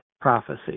prophecy